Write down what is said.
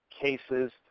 cases